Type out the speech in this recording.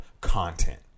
content